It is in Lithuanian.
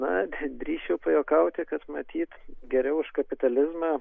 na drįsčiau pajuokauti kad matyt geriau už kapitalizmą